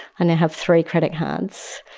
and have three credit cards,